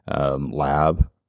lab